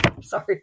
sorry